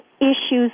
issues